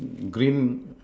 green